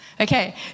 Okay